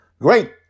Great